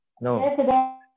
No